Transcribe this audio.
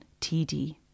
TD